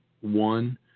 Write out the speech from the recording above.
one